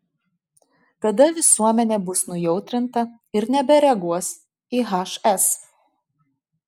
tada visuomenė bus nujautrinta ir nebereaguos į hs